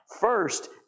first